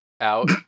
out